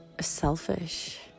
selfish